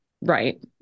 Right